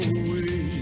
away